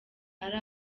ari